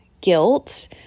guilt